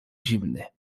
zimny